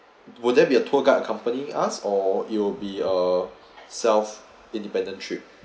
will there be a tour guide accompanying us or it'll be a self independent trip